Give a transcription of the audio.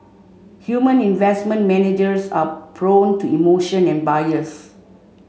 human investment managers are prone to emotion and bias